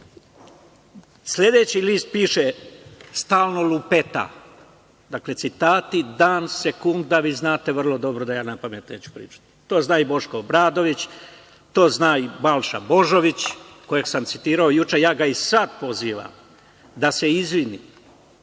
list piše - „stalno lupeta“, dakle citati, dan, sekunda, vi znate vrlo dobro da ja napamet neću pričati. To zna i Boško Obradović, to zna i Balša Božović kojeg sam citirao juče. Ja ga sad pozivam da se izvini